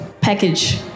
package